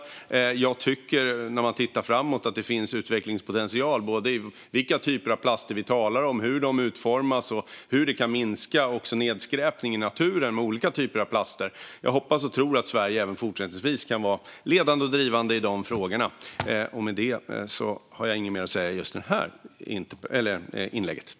När vi tittar framåt tycker jag att det finns utvecklingspotential i vilka typer av plaster vi talar om, hur de utformas och hur olika typer av plaster kan minska nedskräpningen i naturen. Jag hoppas och tror att Sverige även fortsättningsvis kan vara ledande och drivande i de frågorna. Med detta har jag inget mer att säga i det här inlägget.